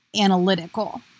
analytical